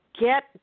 get